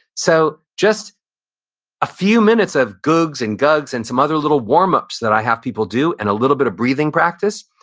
so just a few minutes of gugs and dugs and some other little warmups that i have people do and a little bit of breathing practice,